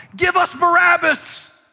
give us barabbas!